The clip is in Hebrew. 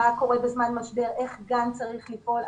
מה קורה בזמן משבר, איך גן צריך לפעול.